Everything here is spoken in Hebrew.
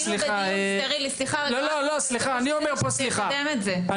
כאילו --- צריך לקדם את זה.